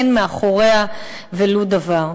אין מאחוריה ולו דבר.